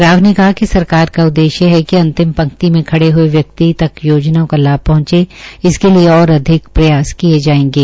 राव ने कहा कि सरकार का उद्देश्य अंतिम पंक्ति में खड़े हये व्यक्ति तक योजनाओं का लाभ पहंचे इसके लिये और अधिक प्रयास किये जायेंगे